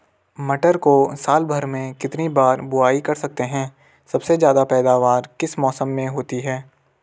मटर को साल भर में कितनी बार बुआई कर सकते हैं सबसे ज़्यादा पैदावार किस मौसम में होती है?